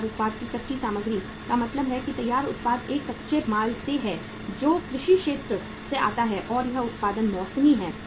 तैयार उत्पाद की कच्ची सामग्री का मतलब है कि तैयार उत्पाद एक कच्चे माल से है जो कृषि क्षेत्र से आता है और यह उत्पादन मौसमी है